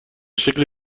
شکل